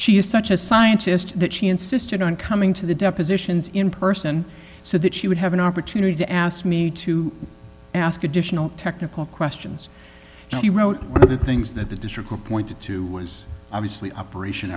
she is such a scientist that she insisted on coming to the depositions in person so that she would have an opportunity to ask me to ask additional technical questions she wrote one of the things that the district appointed to was obviously operation